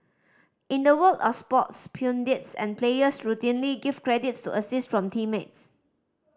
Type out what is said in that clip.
in the world of sports pundits and players routinely give credits to assist from teammates